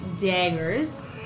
daggers